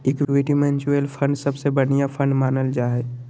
equity mutual fund सबसे बढ़िया fund मानल जा हय